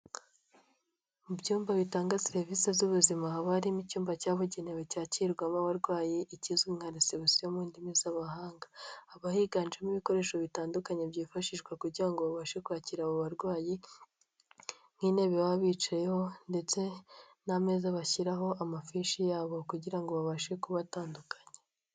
Mu byumba bitanga serivisi z'ubuzima haba harimo icyumba cyabugenewe cyakirwamo abarwayi ikize umwana resebusiyo mu ndimi z'abahanga, haba higanjemo ibikoresho bitandukanye byifashishwa kugira babashe kwakira abo barwayi, nk'intebe baba bicayeho ndetse n'ameza bashyiraho amafishi yabo kugira ngo babashe kubatandukanya.